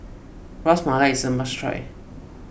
Ras Malai is a must try